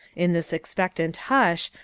in this expectant hush,